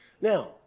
Now